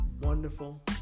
wonderful